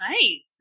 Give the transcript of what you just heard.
Nice